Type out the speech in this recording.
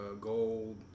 gold